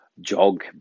jog